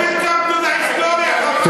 Welcome to the היסטוריה, חברת הכנסת רגב.